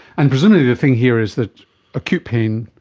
and presumably the thing here is that acute pain,